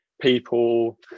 people